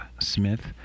Smith